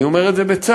אני אומר את זה בצער,